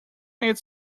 its